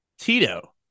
Tito